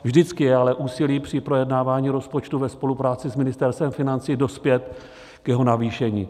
Vždycky je ale úsilí při projednávání rozpočtu ve spolupráci s Ministerstvem financí dospět k jeho navýšení.